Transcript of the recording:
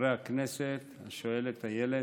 חברי הכנסת, השואלת איילת,